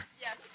Yes